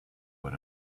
what